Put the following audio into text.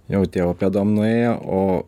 jau tėvo pėdom nuėjo o